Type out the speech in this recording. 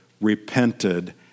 repented